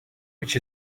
which